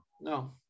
No